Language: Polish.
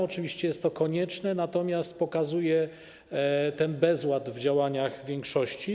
Oczywiście jest to konieczne, natomiast pokazuje ten bezład w działaniach większości.